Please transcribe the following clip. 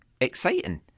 exciting